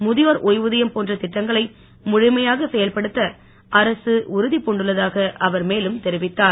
முதியோர் ஒய்வுதியம் போன்ற திட்டங்களை முழுமையாக செயல்படுத்த அரசு உறுதி புண்டுள்ளதாக அவர் மேலும் தெரிவித்தார்